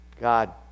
god